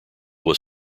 was